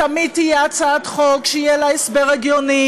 תמיד תהיה הצעת חוק שיהיה לה הסבר הגיוני,